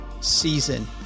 season